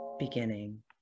Beginning